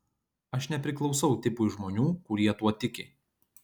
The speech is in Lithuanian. aš nepriklausau tipui žmonių kurie tuo tiki